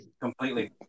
Completely